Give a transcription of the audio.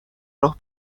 راه